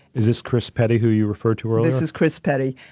is this chris petty, who you referred to earlier? this is chris petty.